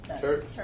Church